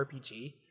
RPG